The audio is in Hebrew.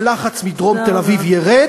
הלחץ בדרום תל-אביב ירד,